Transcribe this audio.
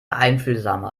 einfühlsame